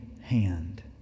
hand